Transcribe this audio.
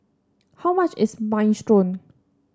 how much is Minestrone